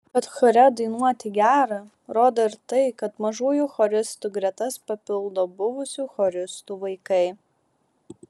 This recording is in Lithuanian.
kad chore dainuoti gera rodo ir tai kad mažųjų choristų gretas papildo buvusių choristų vaikai